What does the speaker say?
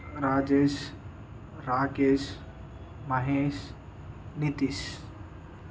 Rajesh Rakesh Mahesh Nitish